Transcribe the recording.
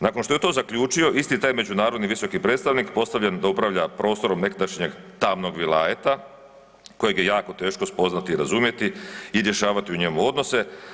Nakon što je to zaključio isto taj međunarodni visoki predstavnik postavljen da upravlja prostorom nekadašnjeg tamnog Vilajeta kojeg je jako teško spoznati i razumjeti i rješavati u njemu odnose.